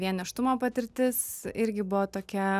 vien nėštumo patirtis irgi buvo tokia